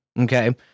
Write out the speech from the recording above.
Okay